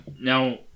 now